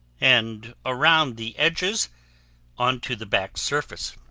and around the edges onto the back surface.